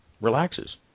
relaxes